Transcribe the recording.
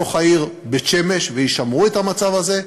בתוך העיר בית-שמש וישמרו את המצב הזה,